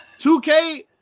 2K